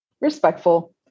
respectful